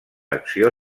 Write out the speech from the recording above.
acció